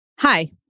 Hi